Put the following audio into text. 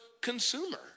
consumer